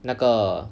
那个